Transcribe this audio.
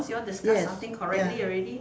yes ya